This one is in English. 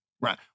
Right